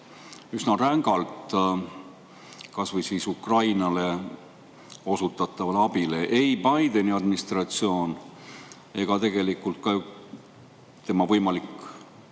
üsna rängalt kas või Ukrainale osutatavale abile. Ei Bideni administratsioon ega tegelikult ka ju tema võimalik